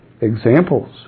examples